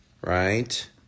Right